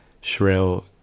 shrill